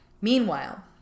Meanwhile